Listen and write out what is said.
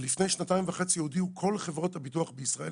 ולפני שנתיים וחצי הודיעו כל חברות הביטוח בישראל,